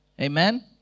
Amen